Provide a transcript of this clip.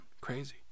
Crazy